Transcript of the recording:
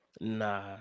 Nah